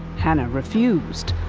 hannah refused.